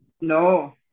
no